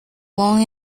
long